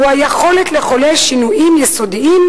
הוא היכולת לחולל שינויים יסודיים,